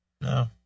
no